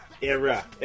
Era